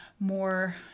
more